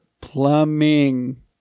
Plumbing